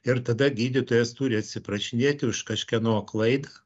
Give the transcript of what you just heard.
ir tada gydytojas turi atsiprašinėti už kažkieno klaidą